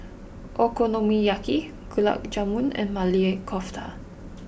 Okonomiyaki Gulab Jamun and Maili Kofta